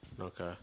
Okay